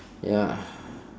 ya